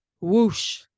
whoosh